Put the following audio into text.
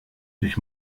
sich